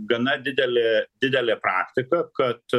gana didelė didelė praktika kad